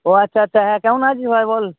ও আচ্ছা আচ্ছা হ্যাঁ কেমন আছিস ভাই বল